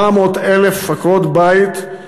400,000 עקרות-בית,